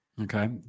okay